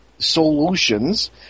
Solutions